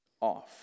off